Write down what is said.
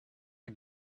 are